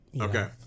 Okay